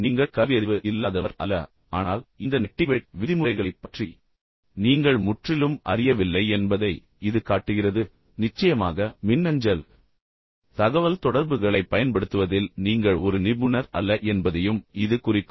நீங்கள் கல்வியறிவு இல்லாதவர் அல்ல ஆனால் இந்த நெட்டிக்வெட் விதிமுறைகளைப் பற்றி நீங்கள் முற்றிலும் அறியவில்லை என்பதை இது காட்டுகிறது நிச்சயமாக மின்னஞ்சல் தகவல்தொடர்புகளைப் பயன்படுத்துவதில் நீங்கள் ஒரு நிபுணர் அல்ல என்பதையும் இது குறிக்கும்